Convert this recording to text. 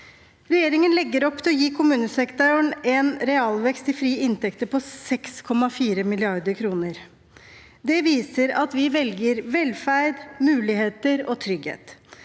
Regjeringen legger opp til å gi kommunesektoren en realvekst i frie inntekter på 6,4 mrd. kr. Det viser at vi velger velferd, muligheter og trygghet.